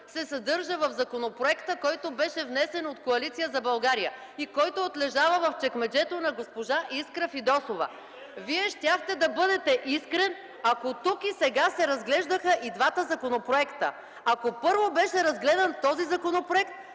се съдържа в законопроекта, който беше внесен от Коалиция за България, и който отлежава в чекмеджето на госпожа Искра Фидосова. (Реплики от ГЕРБ.) Вие щяхте да бъдете искрен, ако тук и сега се разглеждаха и двата законопроекта, ако първо беше разгледан законопроектът,